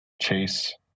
chase